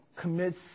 commits